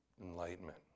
enlightenment